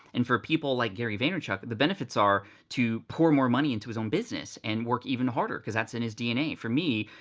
and for people like gary vaynerchuk, the benefits are to pour more money into his own business and work even harder cause that's in his dna. for me,